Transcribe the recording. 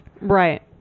Right